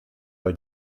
bei